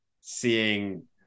seeing